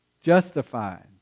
justified